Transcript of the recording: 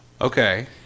Okay